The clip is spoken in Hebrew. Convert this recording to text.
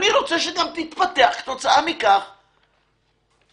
אני רוצה שתתפתח כתוצאה מכך אפליקציה